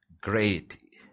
Great